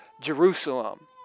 Jerusalem